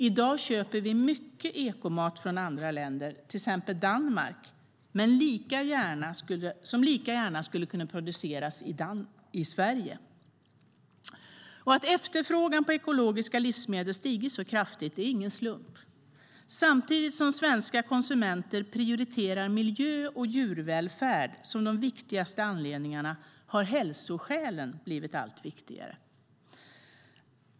I dag köper vi mycket ekomat från andra länder, till exempel Danmark, som lika gärna skulle kunna produceras i Sverige. Att efterfrågan på ekologiska livsmedel stigit så kraftigt är ingen slump. Samtidigt som svenska konsumenter prioriterar miljö och djurvälfärd som de viktigaste anledningarna har hälsoskälen blivit allt viktigare.